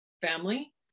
family